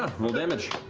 roll damage.